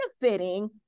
benefiting